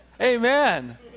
Amen